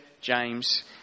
James